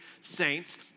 Saints